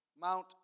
Mount